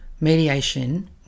Mediation